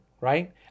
Right